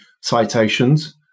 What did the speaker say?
citations